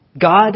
God